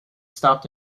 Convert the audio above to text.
stopped